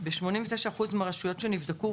ב-89 אחוזים מהרשויות שנבדקו,